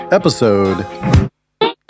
episode